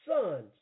sons